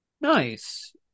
Nice